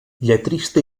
lletrista